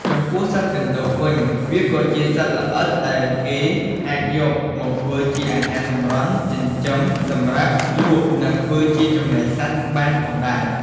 ចំពោះសត្វកណ្តូបវិញ វាក៏ជាសត្វល្អិតដែលគេអាចយកមកធ្វើជាអាហារសម្រន់ ចិញ្ចឹមសម្រាប់លក់ និងធ្វើជាចំណីសត្វបានផងដែរ។